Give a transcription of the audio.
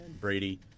Brady